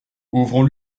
ouvrons